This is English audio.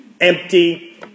empty